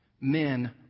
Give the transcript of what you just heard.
Men